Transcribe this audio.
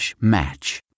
match